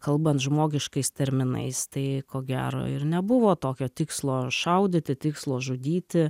kalbant žmogiškais terminais tai ko gero ir nebuvo tokio tikslo šaudyti tikslo žudyti